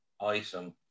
item